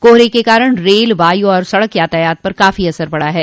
कोहरे के कारण रेल वायु और सड़क यातायात पर काफी असर पड़ा है